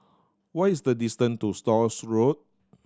what is the distant ce to Stores Road